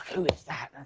who is that?